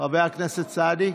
חבר הכנסת סעדי?